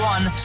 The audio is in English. One